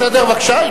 סדר, בבקשה.